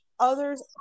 Others